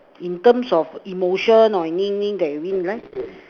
in terms of emotion and anything that you win in right